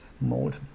mode